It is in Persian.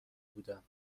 بودم